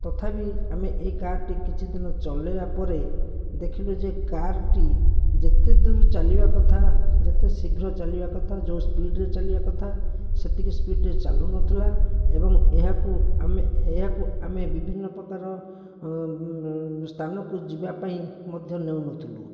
ତଥାପି ଆମେ ଏଇ କାର୍ଟି କିଛି ଦିନ ଚଲେଇବା ପରେ ଦେଖିଲୁ ଯେ କାର୍ଟି ଯେତେ ଦୂର ଚାଲିବା କଥା ଯେତେ ଶୀଘ୍ର ଚାଲିବା କଥା ଯେଉଁ ସ୍ପିଡ଼ରେ ଚାଲିବା କଥା ସେତିକି ସ୍ପିଡ଼ରେ ଚାଲୁ ନ ଥିଲା ଏବଂ ଏହାକୁ ଆମେ ଏହାକୁ ଆମେ ବିଭିନ୍ନ ପ୍ରକାର ସ୍ଥାନକୁ ଯିବା ପାଇଁ ମଧ୍ୟ ନେଉ ନ ଥିଲୁ